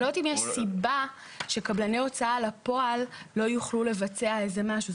אני לא יודעת אם יש סיבה שקבלני הוצאה לפועל לא יוכלו לבצע איזה משהו.